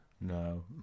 no